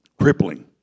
crippling